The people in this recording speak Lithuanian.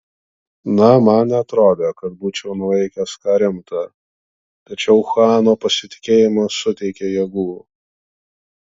na man neatrodė kad būčiau nuveikęs ką rimta tačiau chuano pasitikėjimas suteikė jėgų